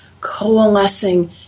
coalescing